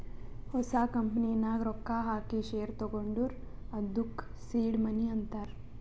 ಹೊಸ ಕಂಪನಿ ನಾಗ್ ರೊಕ್ಕಾ ಹಾಕಿ ಶೇರ್ ತಗೊಂಡುರ್ ಅದ್ದುಕ ಸೀಡ್ ಮನಿ ಅಂತಾರ್